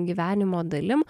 gyvenimo dalim